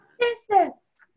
distance